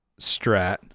strat